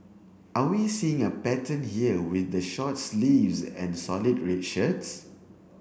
are we seeing a pattern here with the short sleeves and solid red shirts